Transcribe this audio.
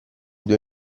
due